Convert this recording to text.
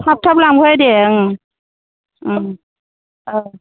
थाब थाब लांफै दे ओं ओं औ